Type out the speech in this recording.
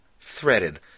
threaded